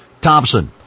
Thompson